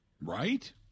Right